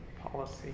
Policy